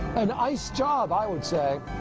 a nice job, i would say.